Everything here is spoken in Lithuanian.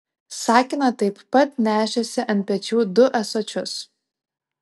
sakina taip pat nešėsi ant pečių du ąsočius